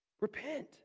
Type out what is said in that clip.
Repent